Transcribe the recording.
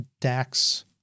DAX